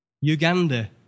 Uganda